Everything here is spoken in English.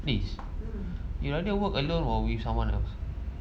liz you rather work alone or with someone else